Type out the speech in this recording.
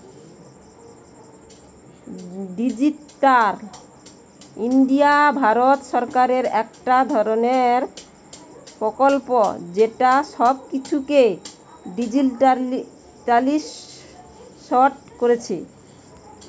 digital India Bharat সরকারের একটা ধরণের প্রকল্প যেটা সব কিছুকে ডিজিটালিসড কোরছে